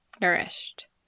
nourished